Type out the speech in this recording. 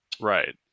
right